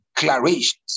declarations